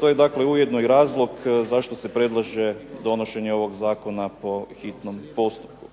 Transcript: To je dakle ujedno i razlog zašto se predlaže donošenje ovog zakona po hitnom postupku.